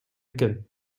экен